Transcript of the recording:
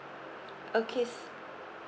okay